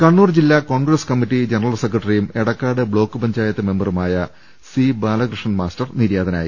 കണ്ണൂർ ജില്ലാ Congress committee general സെക്രട്ടറിയും Edakkad block panchayat മെമ്പറുമായ സി ബാലകൃഷ്ണൻ മാസ്റ്റർ നിര്യാതനായി